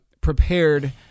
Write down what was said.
prepared